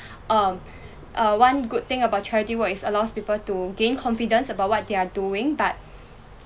um uh one good thing about charity work is allows people to gain confidence about what they're doing but